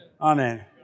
Amen